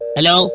Hello